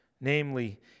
namely